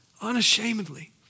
unashamedly